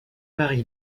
marie